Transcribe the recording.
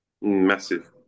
Massive